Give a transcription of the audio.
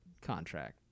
contract